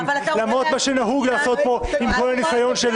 ----- למרות מה שנהוג לעשות פה עם כל הניסיון שעליו